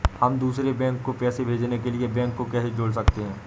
हम दूसरे बैंक को पैसे भेजने के लिए बैंक को कैसे जोड़ सकते हैं?